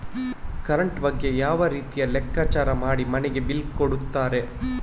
Current ಬಗ್ಗೆ ಯಾವ ರೀತಿಯಲ್ಲಿ ಲೆಕ್ಕಚಾರ ಮಾಡಿ ಮನೆಗೆ ಬಿಲ್ ಕೊಡುತ್ತಾರೆ?